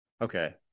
Okay